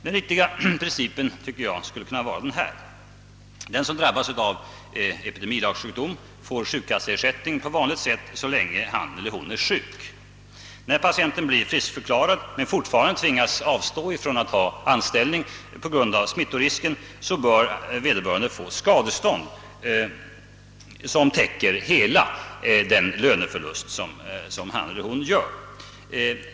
En riktig princip tycker jag skulle kunna vara denna: den som drabbas av sjukdom som faller under epidemilagen får sjukkasseersättning på vanligt sätt så länge han eller hon är sjuk. När patienten är friskförklarad men alltjämt på grund av smittrisken tvingas avstå från arbete, bör vederbörande få skadestånd som täcker hela löneförlusten.